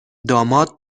داماد